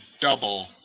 double